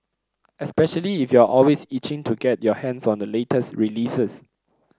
especially if you're always itching to get your hands on the latest releases